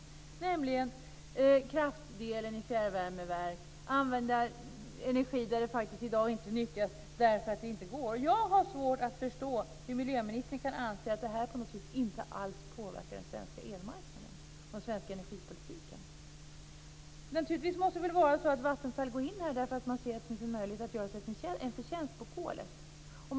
Det gäller kraftdelen i fjärrvärmeverk och att använda energi som i dag inte nyttjas därför att det inte går. Jag har svårt att förstå hur miljöministern kan anse att det inte alls kommer att påverka den svenska elmarknaden och den svenska energipolitiken. Naturligtvis går Vattenfall in därför att det ser en möjlighet att göra sig en förtjänst på kolet.